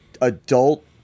adult